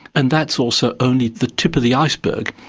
and that's also only the tip of the iceberg.